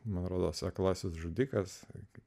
man rodos aklasis žudikas kaip